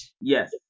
Yes